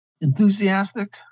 enthusiastic